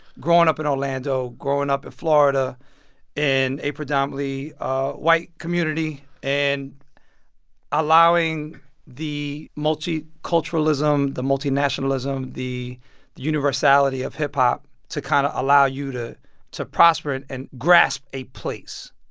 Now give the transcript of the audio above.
growing up in orlando, growing up in florida in a predominately white community and allowing the multiculturalism, the multinationalism, the the universality of hip-hop to kind of allow you to to prosper and grasp a place.